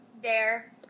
Dare